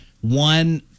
one